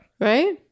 right